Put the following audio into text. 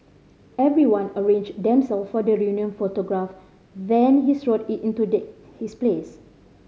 everyone arranged themselves for the reunion photograph then he strode it in to take his place